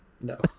No